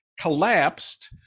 collapsed